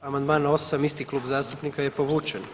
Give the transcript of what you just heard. Amandman osam isti klub zastupnika je povučen.